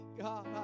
God